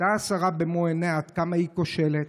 ראתה השרה במו עיניה עד כמה היא כושלת.